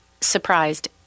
surprised